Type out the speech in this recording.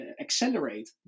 accelerate